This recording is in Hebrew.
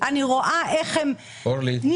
אני רואה איך הן נשברות,